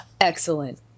Excellent